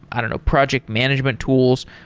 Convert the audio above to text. i don't know project management tools.